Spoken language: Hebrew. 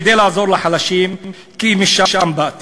כדי לעזור לחלשים, כי משם באתי,